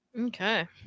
Okay